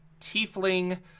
tiefling